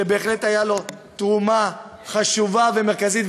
שבהחלט הייתה לו תרומה חשובה ומרכזית,